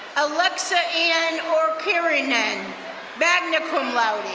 alexa anne okirinan magna cum laude.